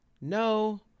no